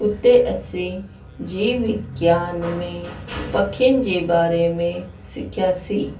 उते असी जीव विज्ञान में पखियुनि जे बारे में सिखियासीं